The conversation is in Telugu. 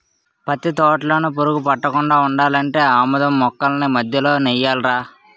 పత్తి తోటలోన పురుగు పట్టకుండా ఉండాలంటే ఆమదం మొక్కల్ని మధ్యలో నెయ్యాలా